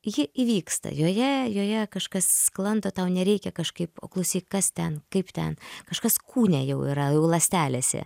ji įvyksta joje joje kažkas sklando tau nereikia kažkaip o klausyk kas ten kaip ten kažkas kūne jau yra jau ląstelėse